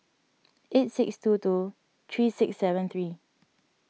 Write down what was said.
eight six two two three six seven three